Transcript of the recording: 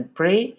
pray